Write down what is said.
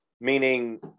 Meaning